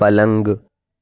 پلنگ